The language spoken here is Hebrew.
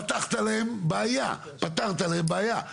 פתחת להם בעיה ופתרת להם בעיה.